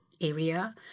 area